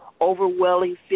Overwhelming